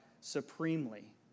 supremely